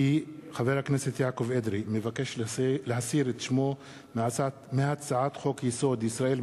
כי חבר הכנסת יעקב אדרי מבקש להסיר את שמו מהצעת חוק-יסוד: ישראל,